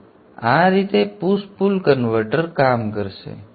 તો આ રીતે પુશ પુલ કન્વર્ટર કામ કરશે